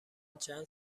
چند